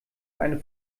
eine